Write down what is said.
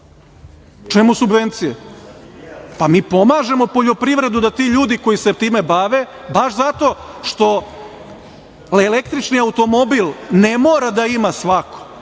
Čemu subvencije? Mi pomažemo poljoprivredu koji se time bave baš zato što električni automobil ne mora da ima svako,